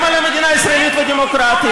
גם על מדינה ישראלית ודמוקרטית,